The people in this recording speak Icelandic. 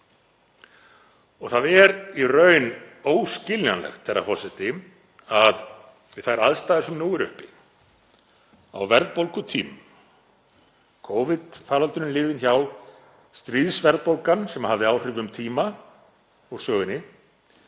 Það er í raun óskiljanlegt, herra forseti, að við þær aðstæður sem nú eru uppi á verðbólgutímum; Covid-faraldurinn liðinn hjá, stríðsverðbólgan sem hafði áhrif um tíma úr sögunni,